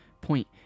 point